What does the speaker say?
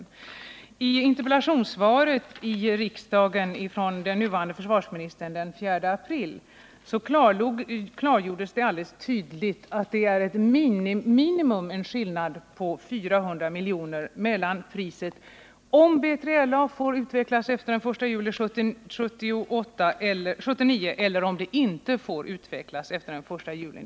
I interpellationssvaret från den nuvarande försvarsministern den 4 april klargjordes det alldeles tydligt att det är en skillnad på 400 milj.kr. mellan priset om B3LA får utvecklas efter den 1 juli 1979 och priset om planet inte får utvecklas efter detta datum.